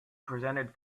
presented